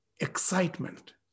excitement